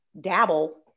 dabble